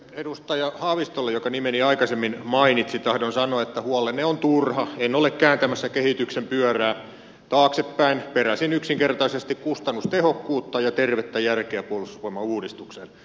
edustaja haavistolle joka nimeni aikaisemmin mainitsi tahdon sanoa että huolenne on turha en ole kääntämässä kehityksen pyörää taaksepäin peräsin yksinkertaisesti kustannustehokkuutta ja tervettä järkeä puolustusvoimauudistukseen